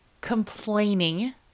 complaining